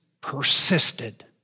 persisted